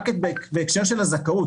רק בהקשר של הזכאות,